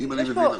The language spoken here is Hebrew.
אם אני מבין נכון.